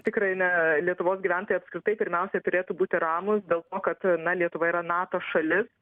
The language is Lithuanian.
tikrai ne lietuvos gyventojai apskritai pirmiausiai turėtų būti ramūs dėl to kad na lietuva yra nato šalis